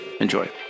Enjoy